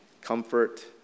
comfort